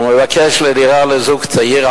הוא מבקש לדירה לזוג צעיר,